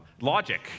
Logic